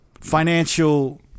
Financial